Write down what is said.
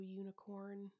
unicorn